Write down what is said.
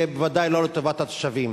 זה בוודאי לא לטובת התושבים.